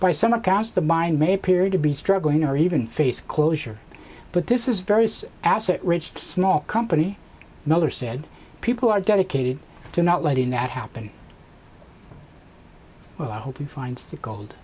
mind may appear to be struggling or even face closure but this is various asset rich small company miller said people are dedicated to not letting that happen well i hope he finds the gold